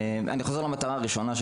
אני חוזר למטרה הראשונה,